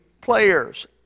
players